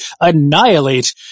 annihilate